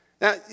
Now